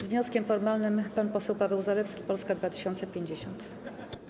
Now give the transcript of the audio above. Z wnioskiem formalnym pan poseł Paweł Zalewski, Polska 2050.